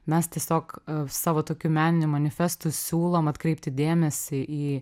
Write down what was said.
mes tiesiog savo tokiu meniniu manifestu siūlom atkreipti dėmesį į